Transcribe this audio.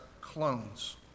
clones